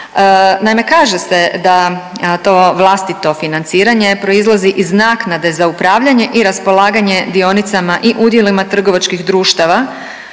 Naime, kaže se da to vlastito financiranje proizlazi iz naknade za upravljanje i raspolaganje dionicama i udjelima trgovačkih društava